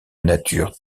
nature